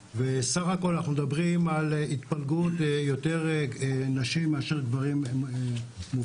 אנחנו מדברים על התפלגות בה יש יותר נשים מאשר גברים מובטלים.